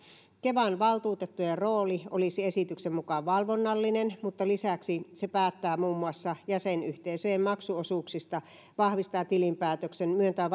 kevan valtuutettujen rooli olisi esityksen mukaan valvonnallinen mutta lisäksi se päättää muun muassa jäsenyhteisöjen maksuosuuksista vahvistaa tilinpäätöksen myöntää